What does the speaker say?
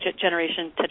generation